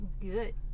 good